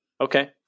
Okay